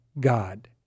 god